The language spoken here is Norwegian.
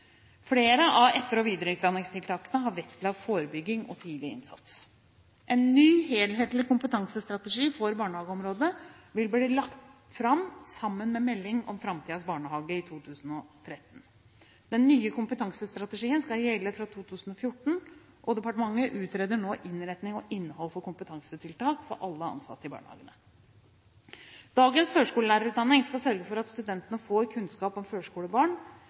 Flere av etter- og videreutdanningstiltakene har vektlagt forebygging og tidlig innsats. En ny, helhetlig kompetansestrategi for barnehageområdet vil bli lagt fram sammen med meldingen om framtidens barnehager i 2013. Den nye kompetansestrategien skal gjelde fra 2014, og departementet utreder nå innretning og innhold for kompetansetiltak for alle ansatte i barnehagene. Dagens førskolelærerutdanning skal sørge for at studentene får kunnskap om førskolebarn